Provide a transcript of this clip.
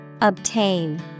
obtain